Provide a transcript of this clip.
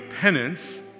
penance